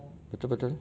betul betul